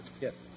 Yes